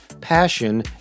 Passion